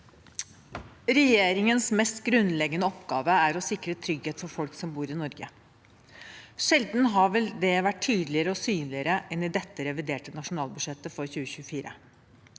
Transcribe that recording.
Regje- ringens mest grunnleggende oppgave er å sikre trygghet for folk som bor i Norge. Sjelden har vel det vært tydeligere og synligere enn i revidert nasjonalbudsjett for 2024.